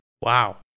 Wow